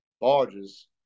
barges